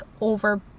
over